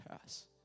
pass